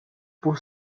por